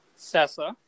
Sessa